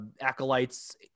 acolytes